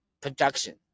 production